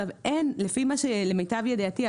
למיטב ידיעתי,